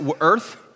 earth